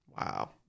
Wow